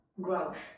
growth